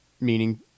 meaning